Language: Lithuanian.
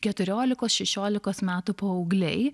keturiolikos šešiolikos metų paaugliai